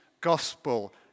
Gospel